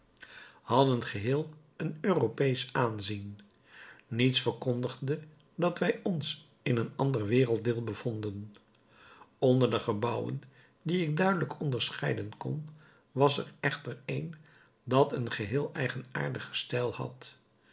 hadden geheel een europeesch aanzien niets verkondigde dat wij ons in een ander werelddeel bevonden onder de gebouwen die ik duidelijk onderscheiden kon was er echter een dat een geheel eigenaardigen stijl had